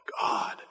God